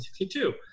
1962